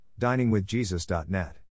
diningwithjesus.net